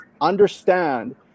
understand